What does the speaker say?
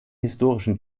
historischen